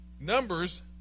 Numbers